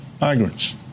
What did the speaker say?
migrants